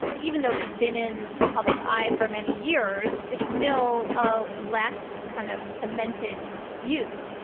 even though he's been in the public eye for many years, it's still a less kind of cemented view.